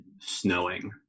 snowing